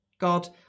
God